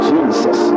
Jesus